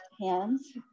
hands